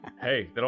Hey